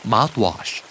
Mouthwash